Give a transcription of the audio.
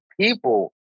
people